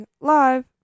live